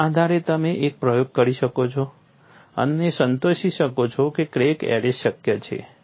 તેના આધારે તમે એક પ્રયોગ કરી શકો છો અને સંતોષી શકો છો કે ક્રેક એરેસ્ટ શક્ય છે